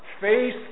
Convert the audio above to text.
face